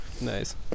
nice